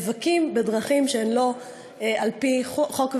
נאבקים בדרכים שהן לא על-פי חוק ומשפט.